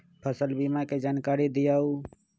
फसल बीमा के जानकारी दिअऊ?